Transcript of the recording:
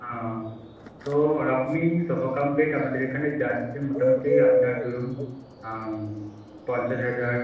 ও তো ওরকমই sofa cum bed আমাদের এখানে যা আছে মোটামুটি আপনার ধরুন পঞ্চাশ হাজার